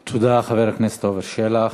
תודה, חבר הכנסת שלח.